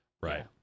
Right